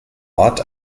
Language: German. ort